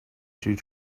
due